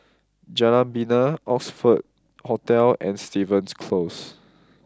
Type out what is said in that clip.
Jalan Bena Oxford Hotel and Stevens Close